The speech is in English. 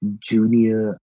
junior